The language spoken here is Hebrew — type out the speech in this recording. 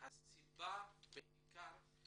הסיבה העיקרית